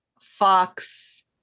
Fox